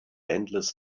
endless